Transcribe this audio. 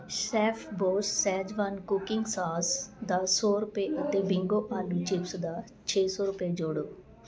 Chef Boss schezwan cooking sauce ਦਾ ਸੋ ਰੁਪਏ ਅਤੇ ਬਿੰਗੋ ਆਲੂ ਚਿਪਸ ਦਾ ਛੇ ਸੋ ਰੁਪਏ ਜੋੜੋ